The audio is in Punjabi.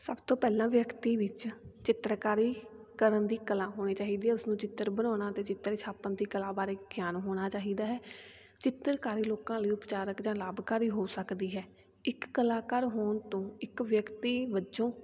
ਸਭ ਤੋਂ ਪਹਿਲਾਂ ਵਿਅਕਤੀ ਵਿੱਚ ਚਿੱਤਰਕਾਰੀ ਕਰਨ ਦੀ ਕਲਾ ਹੋਣੀ ਚਾਹੀਦੀ ਹੈ ਉਸ ਨੂੰ ਚਿੱਤਰ ਬਣਾਉਣਾ ਅਤੇ ਚਿੱਤਰ ਛਾਪਣ ਦੀ ਕਲਾ ਬਾਰੇ ਗਿਆਨ ਹੋਣਾ ਚਾਹੀਦਾ ਹੈ ਚਿੱਤਰਕਾਰੀ ਲੋਕਾਂ ਲਈ ਉਪਚਾਰਕ ਜਾਂ ਲਾਭਕਾਰੀ ਹੋ ਸਕਦੀ ਹੈ ਇੱਕ ਕਲਾਕਾਰ ਹੋਣ ਤੋਂ ਇੱਕ ਵਿਅਕਤੀ ਵਜੋਂ